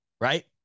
Right